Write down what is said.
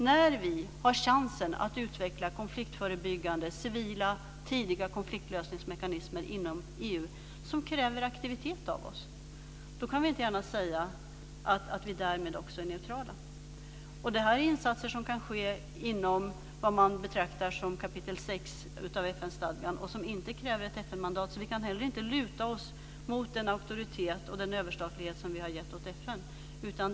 När vi har chansen att utveckla konfliktförebyggande civila tidiga konfliktlösningsmekanismer inom EU som kräver aktivitet av oss kan vi inte gärna säga att vi därmed också är neutrala. Det här är insatser som kan ske inom vad som betraktas som kapitel 6 i FN-stadgan och som inte kräver ett FN-mandat, så vi kan heller inte luta oss mot den auktoritet och den överstatlighet som vi gett FN.